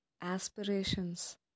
aspirations